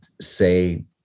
say